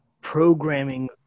programming